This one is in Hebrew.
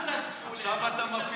עכשיו אתה מבטיח?